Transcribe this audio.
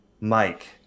Mike